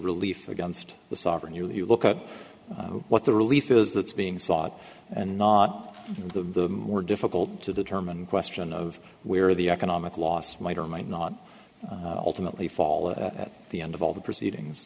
relief against the sovereign you look at what the relief is that's being sought and not the more difficult to determine question of where the economic loss might or might not alternately fall at the end of all the proceedings